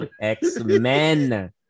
X-Men